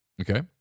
Okay